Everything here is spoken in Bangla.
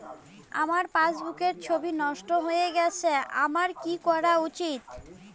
আমার পাসবুকের ছবি নষ্ট হয়ে গেলে আমার কী করা উচিৎ?